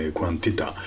quantità